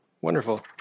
Wonderful